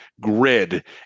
grid